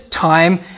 time